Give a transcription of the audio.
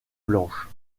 blanches